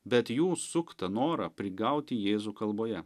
bet jų suktą norą prigauti jėzų kalboje